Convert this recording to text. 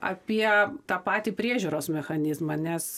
apie tą patį priežiūros mechanizmą nes